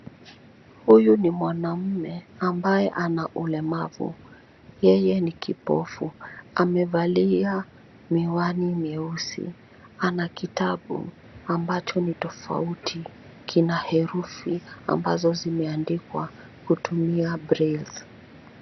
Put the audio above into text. Huyu ni mwanaume ambaye ana ulemavu. Yeye ni kipofu. Amevalia miwani meusi. Ana kitabu ambacho ni tofauti, kina herufi ambazo zimeandikwa kutumia brailles .